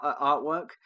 artwork